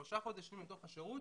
3 חודשים מתוך השירות